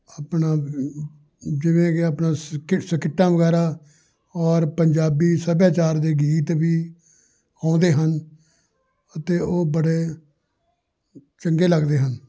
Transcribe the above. ਆਪਣਾ ਜਿਵੇਂ ਕਿ ਆਪਣਾ ਸਕਿ ਸਕਿੱਟਾਂ ਵਗੈਰਾ ਔਰ ਪੰਜਾਬੀ ਸੱਭਿਆਚਾਰ ਦੇ ਗੀਤ ਵੀ ਆਉਂਦੇ ਹਨ ਅਤੇ ਉਹ ਬੜੇ ਚੰਗੇ ਲੱਗਦੇ ਹਨ